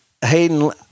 Hayden